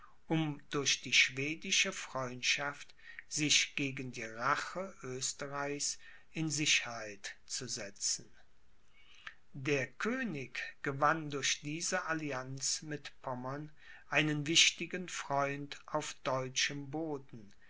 um durch die schwedische freundschaft sich gegen die rache oesterreichs in sicherheit zusetzen der könig gewann durch diese allianz mit pommern einen wichtigen freund auf deutschem boden